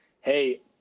Hey